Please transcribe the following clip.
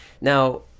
Now